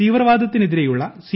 തീവ്രവാദത്തിനെതിരെയുള്ള C